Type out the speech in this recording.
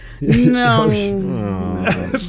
No